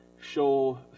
show